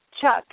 Chuck